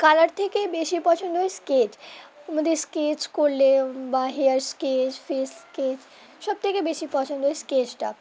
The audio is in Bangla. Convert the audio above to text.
কালার থেকে বেশি পছন্দ ওই স্কেচ মধ্যে স্কেচ করলে বা হেয়ার স্কেচ ফেস স্কেচ সব থেকে বেশি পছন্দ ওই স্কেচটা